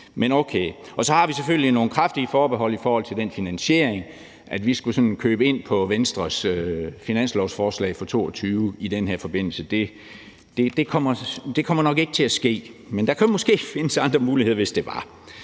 men okay. Og så har vi selvfølgelig nogle kraftige forbehold i forhold til finansieringen. At vi sådan skulle købe ind på Venstres finanslovsforslag for 2022 i den her forbindelse, kommer nok ikke til at ske, men der kunne måske findes andre muligheder, hvis det var.